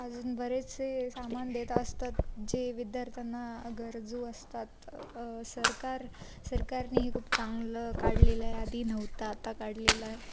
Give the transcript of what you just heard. अजून बरेचसे सामान देत असतात जे विद्यार्थ्यांना गरजू असतात सरकार सरकारने हे खूप चांगलं काढलेलं आहे आधी नव्हता आता काढलेला आहे